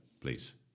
please